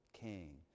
king